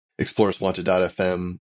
explorerswanted.fm